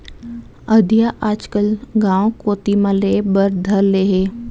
अधिया आजकल गॉंव कोती म लेय बर धर ले हें